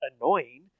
annoying